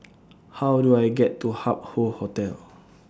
How Do I get to Hup Hoe Hotel